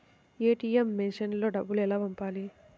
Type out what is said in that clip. ATM మెషిన్లో డబ్బులు ఎలా పంపాలి?